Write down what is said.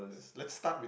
let's start